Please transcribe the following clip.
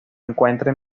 encuentra